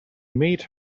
made